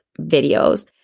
videos